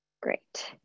great